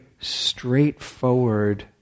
straightforward